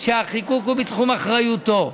שהחיקוק הוא בתחום אחריותו.